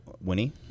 Winnie